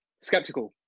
skeptical